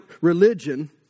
religion